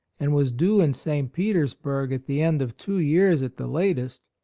and was due in st. petersburg at the end of two years at the latest,